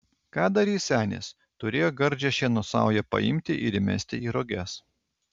ką darys senis turėjo gardžią šieno saują paimti ir įmesti į roges